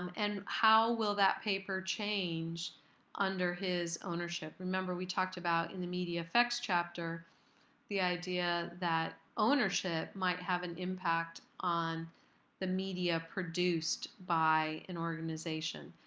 um and how will that paper change under his ownership? remember we talked about in the media effects chapter the idea that ownership might have an impact on the media produced by an organization.